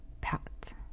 Pat